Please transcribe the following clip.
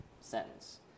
sentence